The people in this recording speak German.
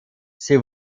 sie